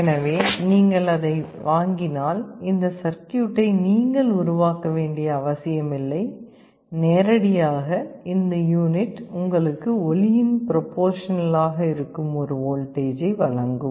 எனவே நீங்கள் அதை வாங்கினால் இந்த சர்க்யூட்டை நீங்கள் உருவாக்க வேண்டிய அவசியமில்லை நேரடியாக இந்த யூனிட் உங்களுக்கு ஒலியின் புரோபோற்ஷனல் ஆக இருக்கும் ஒரு வோல்டேஜை வழங்கும்